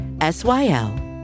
S-Y-L